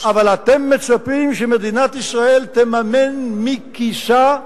אבל אתם מצפים שמדינת ישראל תממן מכיסה,